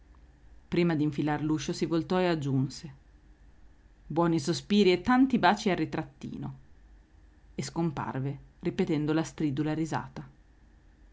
signora direttrice prima d'infilar l'uscio si voltò e aggiunse buoni sospiri e tanti baci al ritrattino e scomparve ripetendo la stridula risata